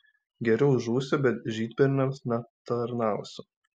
geriau žūsiu bet žydberniams netarnausiu